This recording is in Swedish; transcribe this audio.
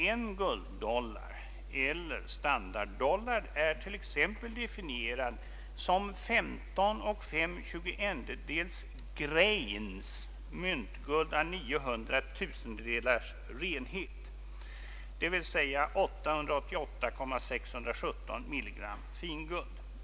En gulddollar eller standarddollar är t.ex. definierad som 155 1000 renhet, alltså 888,617 milligram finguld.